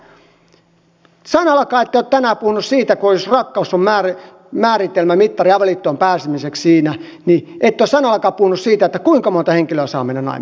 sanallakaan ette ole tänään puhuneet siitä että jos rakkaus on määritelmämittari avioliittoon pääsemiseksi niin kuinka monta henkilöä saa mennä naimisiin